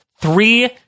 three